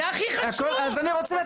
אני מתנצל שאני צריך ללכת.